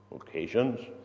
occasions